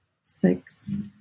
six